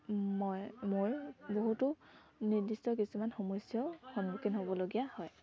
মই মোৰ বহুতো নিৰ্দিষ্ট কিছুমান সমস্যাও সন্মুখীন হ'বলগীয়া হয়